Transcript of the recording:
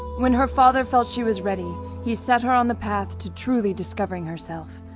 when her father felt she was ready, he set her on the path to truly discovering herself.